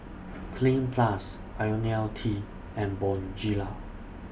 Cleanz Plus Ionil T and Bonjela